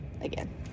again